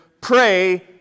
Pray